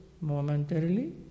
momentarily